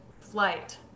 flight